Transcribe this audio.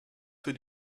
für